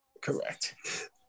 Correct